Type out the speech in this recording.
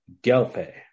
Gelpe